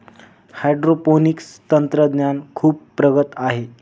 hydroponics तंत्रज्ञान खूप प्रगत आहे